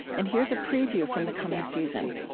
and here's a preview from the coming season